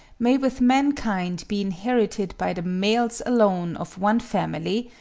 may with mankind be inherited by the males alone of one family,